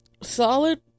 solid